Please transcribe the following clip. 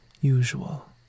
usual